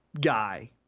guy